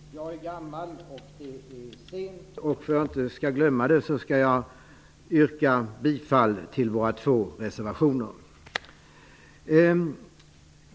Fru talman! Jag är gammal, och det är sent. För att inte glömma bort mitt yrkande yrkar jag redan nu bifall till våra två reservationer.